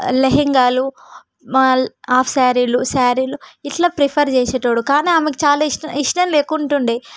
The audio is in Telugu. లెహంగాలు హాఫ్ శారీలు శారీలు ఇట్లా ప్రిఫర్ చేసేటోడు కానీ ఆమెకు చాలా ఇష్టం ఇష్టం లేకుంటుండే